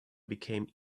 became